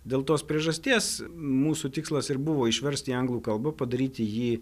dėl tos priežasties mūsų tikslas ir buvo išversti į anglų kalbą padaryti jį